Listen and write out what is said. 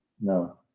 no